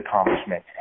accomplishment